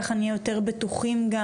ככה נהיה יותר בטוחים גם,